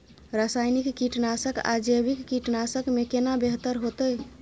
रसायनिक कीटनासक आ जैविक कीटनासक में केना बेहतर होतै?